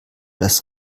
das